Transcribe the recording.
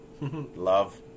love